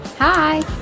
Hi